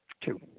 Two